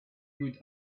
good